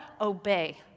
Obey